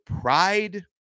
pride